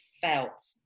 felt